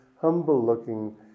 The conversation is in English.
humble-looking